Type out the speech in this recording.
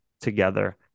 together